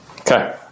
Okay